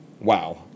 Wow